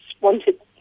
wanted